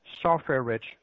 software-rich